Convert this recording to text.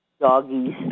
doggies